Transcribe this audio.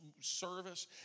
service